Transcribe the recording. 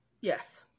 Yes